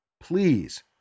please